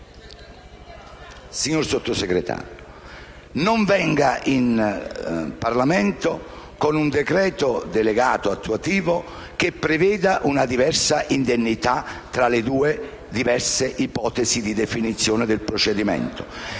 Signora Sottosegretaria, non venga in Parlamento con un decreto delegato attuativo che prevede una diversa indennità tra le due diverse ipotesi di definizione del procedimento,